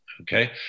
Okay